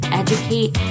educate